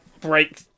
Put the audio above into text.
break